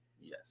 Yes